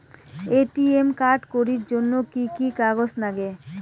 ATM card করির জন্যে কি কি কাগজ নাগে?